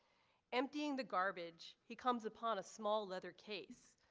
emptying the garbage he comes upon a small leather case,